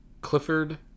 Clifford